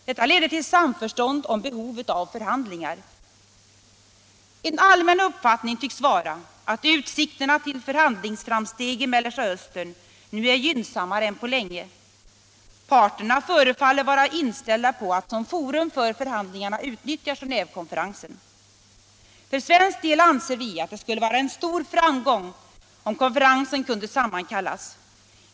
Detta ledde till samförstånd om behovet av förhandlingar. En allmän uppfattning tycks vara att utsikterna till förhandlingsframsteg i Mellersta Östern nu är gynnsammare än på länge. Parterna förefaller vara inställda på att som forum för förhandlingarna utnyttja Genévekonferensen. För svensk del anser vi att det skulle vara en stor framgång om Genévekonferensen kunde sammankallas.